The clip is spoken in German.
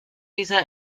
dieser